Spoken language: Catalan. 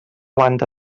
banda